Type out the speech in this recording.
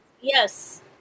Yes